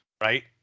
right